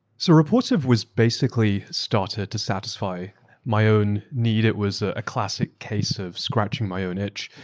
so rapportive was basically started to satisfy my own need. it was a classic case of scratching my own itch.